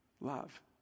Love